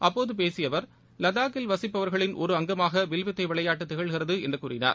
அப்போது பேசிய அவர் லடாக்கில் வசிப்பவர்களின் ஒரு அங்கமாக வில்வித்தை விளையாட்டு திகழ்கிறது என்று கூறினார்